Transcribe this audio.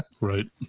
right